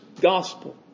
gospel